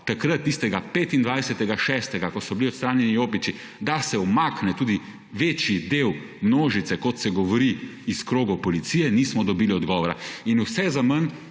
takrat, tistega 25. 6., ko so bili odstranjeni jopiči, da se umakne tudi večji del množice, kot se govori, iz krogov policije, nismo dobili odgovora in vse je